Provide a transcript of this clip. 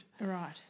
Right